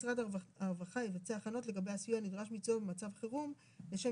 משרד הרווחה יבצע הכנות לגבי הסיוע הנדרש מצדו במצב חירום לשם